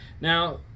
now